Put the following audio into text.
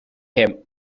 him